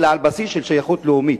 אלא על בסיס של שייכות לאומית.